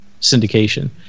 syndication